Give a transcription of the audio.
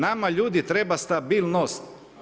Nama ljudi treba stabilnost.